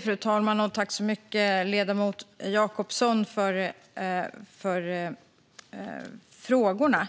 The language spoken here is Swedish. Fru talman! Tack så mycket, ledamoten Jacobsson, för frågorna!